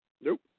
Nope